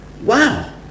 Wow